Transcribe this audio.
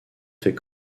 fait